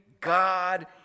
God